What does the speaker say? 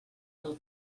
del